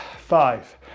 five